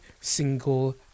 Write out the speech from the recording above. single